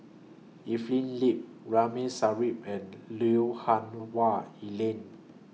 Evelyn Lip Ramli Sarip and Lui Hah Wah Elena